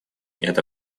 эта